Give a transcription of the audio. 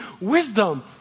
wisdom